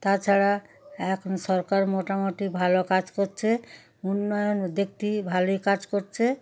তাছাড়া এখন সরকার মোটামুটি ভালো কাজ করছে উন্নয়ন দিকটি ভালোই কাজ করছে